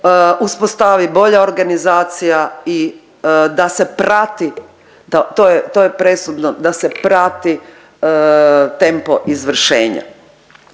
uspostavi bolja organizacija i da se prati. To je, to je presudno da se prati tempo izvršenja